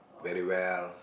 very well